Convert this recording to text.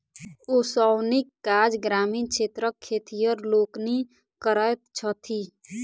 ओसौनीक काज ग्रामीण क्षेत्रक खेतिहर लोकनि करैत छथि